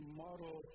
model